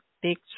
Big